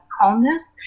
calmness